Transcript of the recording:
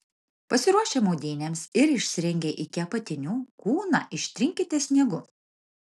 pasiruošę maudynėms ir išsirengę iki apatinių kūną ištrinkite sniegu